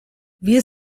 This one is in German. wir